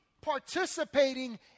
participating